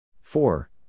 four